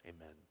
Amen